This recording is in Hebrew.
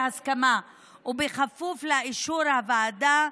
בהסכמה ובכפוף לאישור הוועדה,